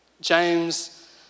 James